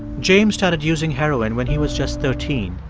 james started using heroin when he was just thirteen,